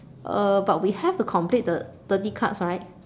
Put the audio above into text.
uh but we have to complete the thirty cards right